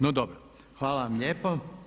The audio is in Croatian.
No dobro, hvala vam lijepo.